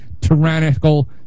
tyrannical